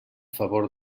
favor